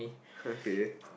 okay